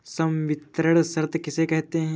संवितरण शर्त किसे कहते हैं?